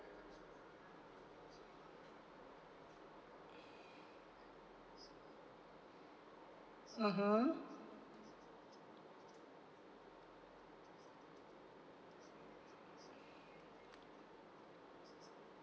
mmhmm